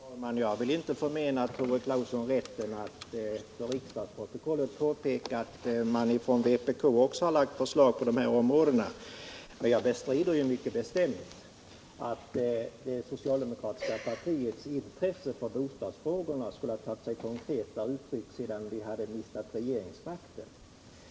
Herr talman! Jag vill inte förmena Tore Clacson rätten att för riksdagsprotokollet påpeka att även vpk har lagt förslag på de här områdena. Men jag bestrider mycket bestämt att det socialdemokratiska partiets intresse för bostadsfrågorna skulle ha tagit sig konkreta uttryck sedan det miste regeringsmakten.